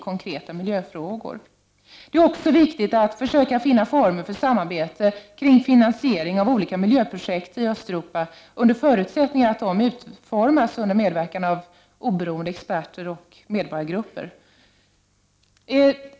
Det är också viktigt att försöka finna former för samarbetet kring finansiering av olika miljöprojekt i Östeuropa under förutsättning att dessa utformas under medverkan av oberoende experter och medborgargrupper.